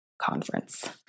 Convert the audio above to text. Conference